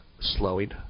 slowing